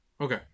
Okay